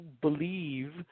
believe